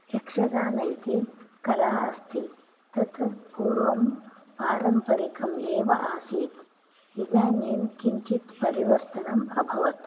यक्षगान इति कला अस्ति तत् पूर्वं पारम्परिकम् एव आसीत् इदानीं किञ्चित् परिवर्तनम् अभवत्